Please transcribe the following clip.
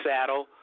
Saddle